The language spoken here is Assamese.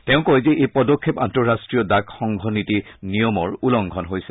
তেওঁ কয় যে এই পদক্ষেপ আন্তৰাষ্টীয় ডাক সংঘ নীতি নিয়মৰ উলংঘন হৈছে